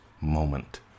moment